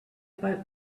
about